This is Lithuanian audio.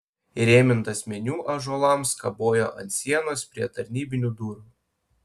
įrėmintas meniu ąžuolams kabojo ant sienos prie tarnybinių durų